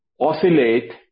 oscillate